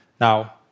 Now